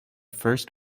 first